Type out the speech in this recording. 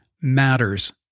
matters